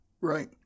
Right